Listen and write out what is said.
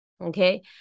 okay